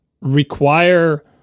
require